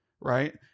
right